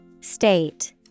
State